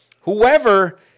whoever